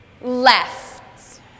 left